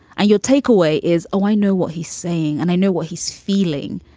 your takeaway is, oh, i know what he's saying and i know what he's feeling.